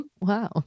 Wow